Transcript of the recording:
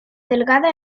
delgada